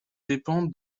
dépendent